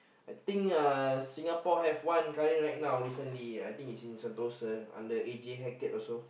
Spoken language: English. I think uh Singapore have one currently right now recently I think is in Sentosa under A_J-Hackett also